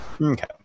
Okay